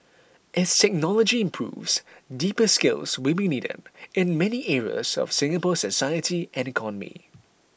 as technology improves deeper skills will be needed in many areas of Singapore's society and economy